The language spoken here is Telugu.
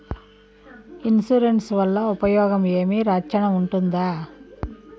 ఇన్సూరెన్సు వల్ల ఉపయోగం ఏమి? రక్షణ ఉంటుందా?